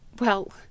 Well